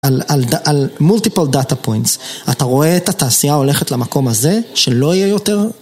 על מולטיפל דאטה פוינטס, אתה רואה את התעשייה הולכת למקום הזה, שלא יהיה יותר?